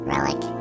Relic